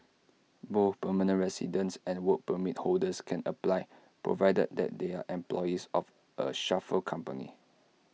both permanent residents and Work Permit holders can apply provided that they are employees of A chauffeur company